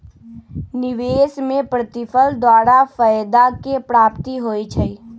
निवेश में प्रतिफल द्वारा फयदा के प्राप्ति होइ छइ